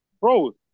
Bro